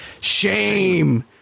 shame